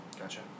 Gotcha